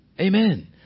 Amen